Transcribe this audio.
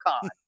Con